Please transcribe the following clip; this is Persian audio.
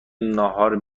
ناهار